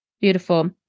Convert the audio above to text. beautiful